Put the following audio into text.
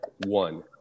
one